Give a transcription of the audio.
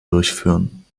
durchführen